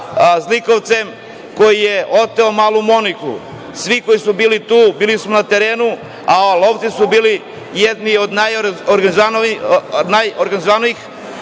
zlikovcem koji je oteo malu Moniku. Svi koji su bili tu, bili smo na terenu, a lovci su bili jedni od najorganizovanijih,